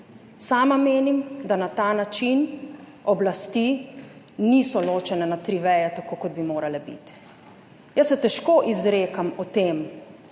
Sama menim, da na ta način oblasti niso ločene na tri veje, tako kot bi morale biti. Jaz se težko izrekam o tem,